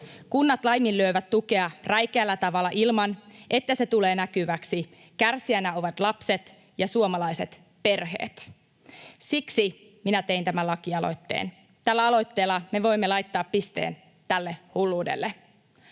Kunnat laiminlyövät tukea räikeällä tavalla ilman, että se tulee näkyväksi. Kärsijöinä ovat lapset ja suomalaiset perheet. Siksi minä tein tämän lakialoitteen. Tällä aloitteella me voimme laittaa pisteen tälle hulluudelle.